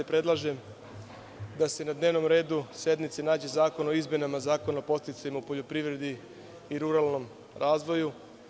Predlažem da se na dnevnom redu sednice nađe Predlog zakona o izmenama Zakona o podsticajima u poljoprivredi i ruralnom razvoju.